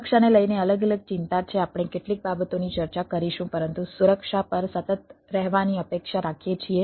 સુરક્ષાને લઈને અલગ અલગ ચિંતા છે આપણે કેટલીક બાબતોની ચર્ચા કરીશું પરંતુ સુરક્ષા પર સતત રહેવાની અપેક્ષા રાખીએ છીએ